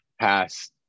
past